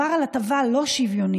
מדובר על הטבה לא שוויונית,